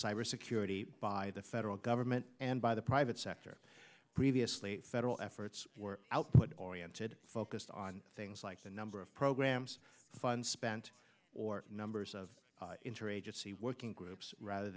cybersecurity by the federal government and by the private sector previously federal efforts were output oriented focused on things like the number of programs funds spent or numbers of interagency working groups rather